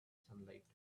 sunlight